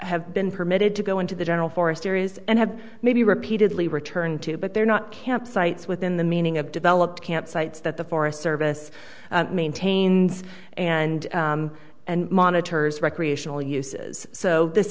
have been permitted to go into the general forest areas and have maybe repeatedly return to but they're not campsites within the meaning of developed camp sites that the forest service maintains and and monitors recreational uses so this